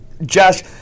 Josh